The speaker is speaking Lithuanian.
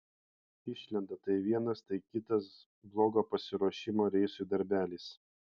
išlenda tai vienas tai kitas blogo pasiruošimo reisui darbelis